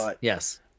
Yes